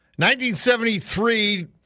1973